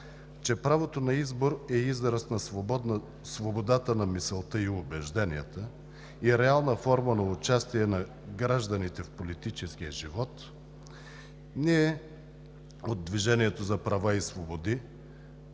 че правото на избор е израз на свободата на мисълта и убежденията и реална форма на участие на гражданите в политическия живот, ние от „Движението за права и свободи“